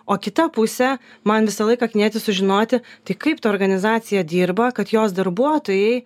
o kita pusė man visą laiką knieti sužinoti tai kaip ta organizacija dirba kad jos darbuotojai